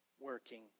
working